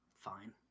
fine